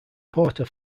porter